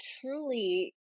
truly